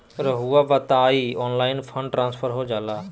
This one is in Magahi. रहुआ बताइए ऑनलाइन फंड ट्रांसफर हो जाला?